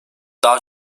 daha